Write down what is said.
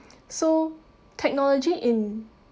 so technology in